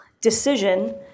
decision